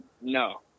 No